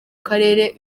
karere